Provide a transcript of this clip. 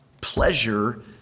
pleasure